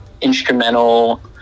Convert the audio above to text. instrumental